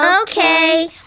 Okay